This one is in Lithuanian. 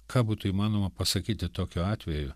ką būtų įmanoma pasakyti tokiu atveju